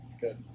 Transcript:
Good